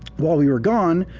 while we were gone,